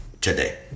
today